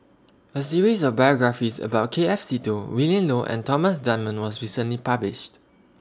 A series of biographies about K F Seetoh Willin Low and Thomas Dunman was recently published